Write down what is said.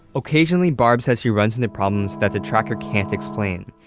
occasionally, barb says she runs into problems that the tracker can't explain.